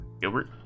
Gilbert